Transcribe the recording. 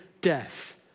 death